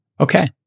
Okay